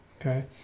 Okay